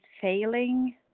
failing